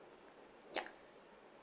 yup